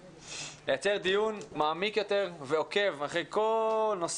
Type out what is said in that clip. לייצר דיון מעמיק יותר ועוקב אחרי כל נושא